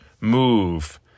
move